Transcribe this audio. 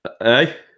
hey